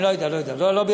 אני לא יודע, לא ביררתי.